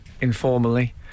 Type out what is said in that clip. informally